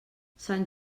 sant